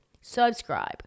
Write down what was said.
subscribe